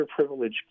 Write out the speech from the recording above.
underprivileged